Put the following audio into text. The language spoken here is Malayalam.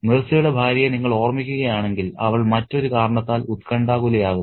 മിർസയുടെ ഭാര്യയെ നിങ്ങൾ ഓർമ്മിക്കുകയാണെങ്കിൽ അവൾ മറ്റൊരു കാരണത്താൽ ഉത്കണ്ഠാകുലയാകുന്നു